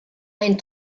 ein